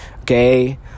okay